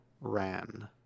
Ran